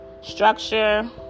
Structure